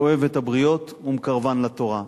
אוהב את הבריות ומקרבן לתורה".